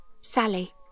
Sally